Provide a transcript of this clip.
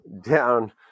down